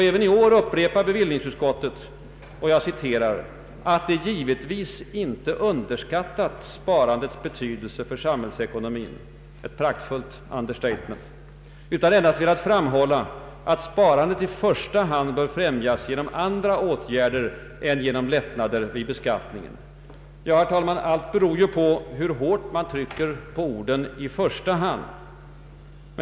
Även i år upprepar bevillningsutskottet att det ”givetvis inte underskattat sparandets betydelse för samhällsekonomin” — ett praktfullt understatement — ”utan endast velat framhålla att sparandet i första hand bör främjas genom andra åtgärder än genom lättnader vid beskattningen”. Ja, herr talman, allt beror på hur hårt man trycker på orden ”i första hand”.